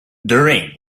during